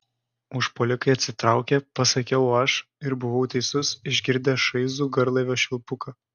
užpuolikai atsitraukė pasakiau aš ir buvau teisus išgirdę šaižų garlaivio švilpuką